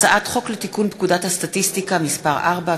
הצעת חוק לתיקון פקודת הסטטיסטיקה (מס' 4),